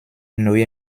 neue